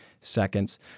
seconds